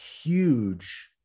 huge